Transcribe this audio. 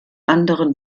anderen